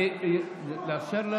אני מאפשר,